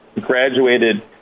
Graduated